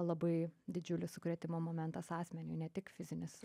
labai didžiulis sukrėtimo momentas asmeniui ne tik fizinis